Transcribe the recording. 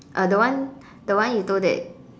uh the one the one you told that